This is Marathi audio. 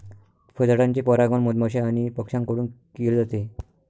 फळझाडांचे परागण मधमाश्या आणि पक्ष्यांकडून केले जाते